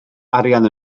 arian